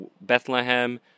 Bethlehem